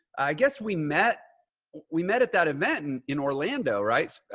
i guess we met we met at that event and in orlando, right?